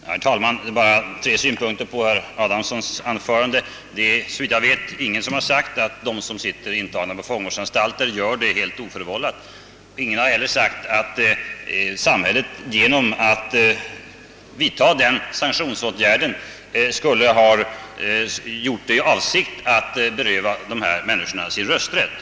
Herr talman! Bara tre synpunkter på herr Adamssons anförande. Det är såvitt jag vet ingen här:som har sagt att de människor som sitter intagna på fångvårdsanstalter gör det alldeles oförvållat. Ingen har heller sagt att samhället skulle ha vidtagit denna sanktionsåtgärd i avsikt att beröva dem deras rösträtt.